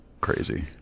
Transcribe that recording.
crazy